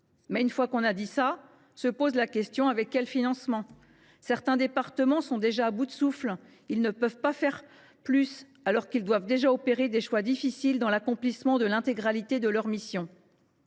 Une fois que l’on a dit cela se pose la question des financements. Certains départements sont déjà à bout de souffle : ils ne peuvent pas faire davantage, alors qu’ils doivent déjà opérer des choix difficiles pour l’accomplissement de l’intégralité de leurs missions.